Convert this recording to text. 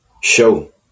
show